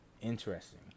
Interesting